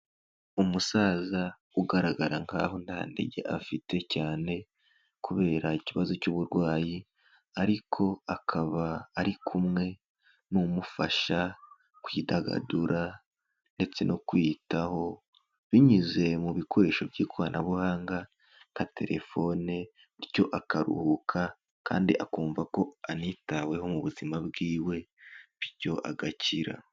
Umusaza ugaragara nkaho nta ntege afite cyane kubera ikibazo cy'uburwayi, ariko akaba ari kumwe n'umufasha kwidagadura ndetse no kwiyitaho binyuze mu bikoresho by'ikoranabuhanga nka telefone, bityo akaruhuka kandi akumva ko anitaweho mu buzima bwiwe bityo agakira.